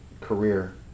career